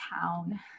town